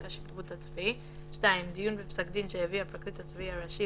השיפוט הצבאי; (2) דיון בפסק דין שהביא הפרקליט הצבאי הראשי